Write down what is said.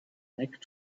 back